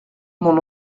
mon